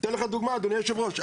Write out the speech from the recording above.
אני אתן לך דוגמה, אדוני יושב הראש.